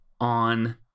on